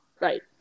Right